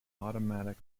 automatic